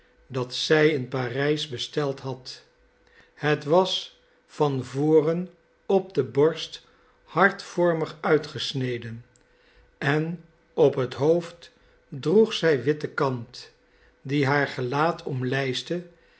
dat zij in parijs besteld had het was van voren op de borst hartvormig uitgesneden en op het hoofd droeg zij witte kant die haar gelaat